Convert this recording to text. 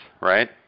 right